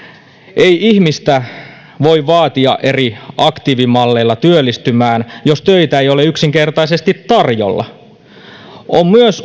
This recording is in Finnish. ei ihmistä voi vaatia eri aktiivimalleilla työllistymään jos töitä ei ole yksinkertaisesti tarjolla usein on myös